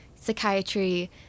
psychiatry